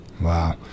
wow